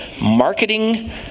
marketing